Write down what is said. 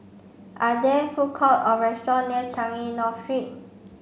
are there food court or restaurant near Changi North Street